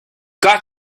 got